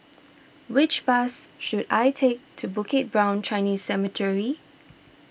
which bus should I take to Bukit Brown Chinese Cemetery